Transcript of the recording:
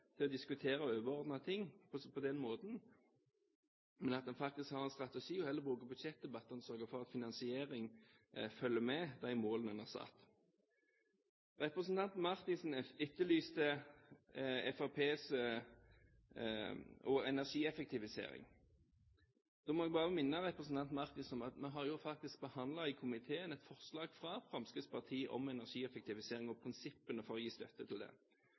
til å diskutere overordnede ting, men at en faktisk har en strategi og heller bruker budsjettdebattene til å sørge for at finansiering følger med de målene en har satt. Representanten Marthinsen etterlyste Fremskrittspartiets energieffektivisering. Da må jeg bare minne representanten Marthinsen om at komiteen faktisk har behandlet et forslag fra Fremskrittspartiet om energieffektivisering og prinsippene for å gi støtte til det.